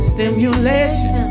Stimulation